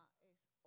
es